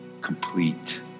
complete